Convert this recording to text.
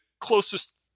closest